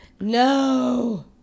no